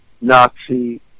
Nazi